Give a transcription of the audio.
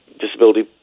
Disability